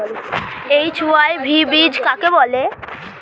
HYV বীজ কাকে বলে?